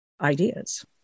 ideas